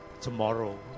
tomorrow